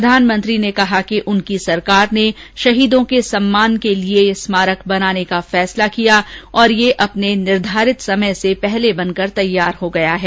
प्रधानमंत्री ने कहा कि उनकी सरकार ने शहीदों के सम्मान के लिए ये स्मारक बनाने का फैसला किया और ये अपने निर्धारित समय से पहले बनकर तैयार हो गया है